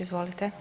Izvolite.